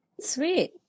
Sweet